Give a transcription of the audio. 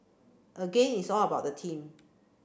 again it's all about the team